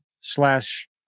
slash